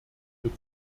für